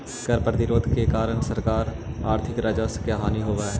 कर प्रतिरोध के कारण सरकार के आर्थिक राजस्व के हानि होवऽ हई